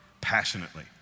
passionately